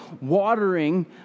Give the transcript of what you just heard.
watering